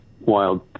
wild